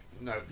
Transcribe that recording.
no